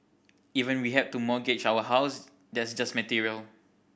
even we had to mortgage our house that's just material